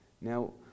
Now